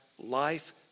life